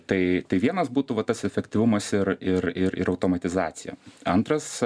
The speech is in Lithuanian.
tai tai vienas būtų va tas efektyvumas ir ir ir ir automatizacija antras